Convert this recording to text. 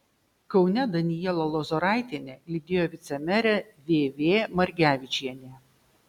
kaune danielą lozoraitienę lydėjo vicemerė v v margevičienė